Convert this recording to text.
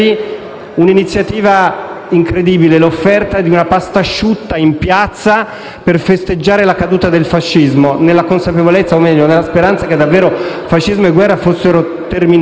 un'iniziativa incredibile: l'offerta di una pastasciutta in piazza per festeggiare la caduta del fascismo, nella consapevolezza o, meglio, nella speranza, che davvero fascismo e guerra fossero terminati.